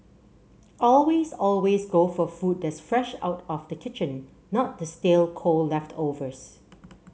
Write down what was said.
always always go for food that's fresh out of the kitchen not the stale cold leftovers